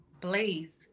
blaze